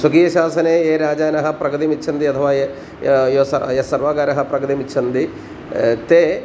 स्वकीयशासने ये राजानः प्रगतिमिच्छन्ति अथवा य यस् यस्सर्वाकारः प्रगतिम् इच्छन्ति ते